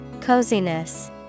Coziness